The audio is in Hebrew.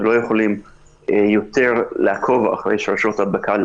לא יכולים יותר לעקוב אחרי שרשרות ההדבקה